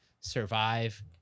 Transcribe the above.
Survive